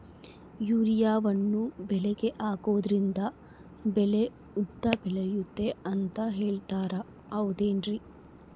ಯೂರಿಯಾವನ್ನು ಬೆಳೆಗೆ ಹಾಕೋದ್ರಿಂದ ಬೆಳೆ ಉದ್ದ ಬೆಳೆಯುತ್ತೆ ಅಂತ ಹೇಳ್ತಾರ ಹೌದೇನ್ರಿ?